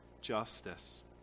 justice